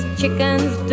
chicken's